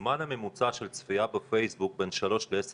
הזמן הממוצע של צפייה בפייסבוק הוא בין שלוש לעשר